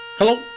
Hello